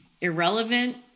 irrelevant